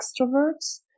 extroverts